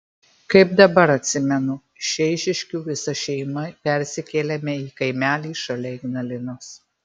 kaip dabar atsimenu iš eišiškių visa šeima persikėlėme į kaimelį šalia ignalinos